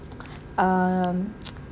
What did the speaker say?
um